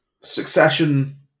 Succession